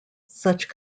such